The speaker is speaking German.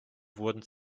wurden